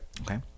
Okay